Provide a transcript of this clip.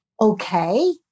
okay